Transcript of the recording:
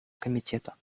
комитета